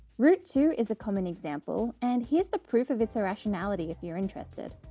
root two is a common example and here's the proof of its irrationality if you're interested.